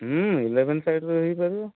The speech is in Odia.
ହୁଁ ଇଲେଭେନ୍ ସାଇଡ଼୍ରୁ ହି କରିବା